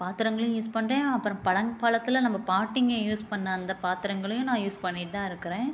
பாத்திரங்களையும் use பண்ணுறேன் அப்புறம் பழங்காலத்தில் நம்ம பாட்டிங்கள் யூஸ் பண்ணின அந்த பாத்திரங்களையும் நான் யூஸ் பண்ணிகிட்டுதான் இருக்கிறேன்